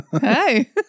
hey